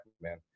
man